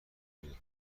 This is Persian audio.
بیاد